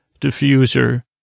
diffuser